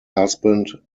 husband